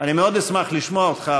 אני מאוד אשמח לשמוע אותך,